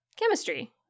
chemistry